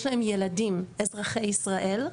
יש להן ילדים אזרחי ישראל,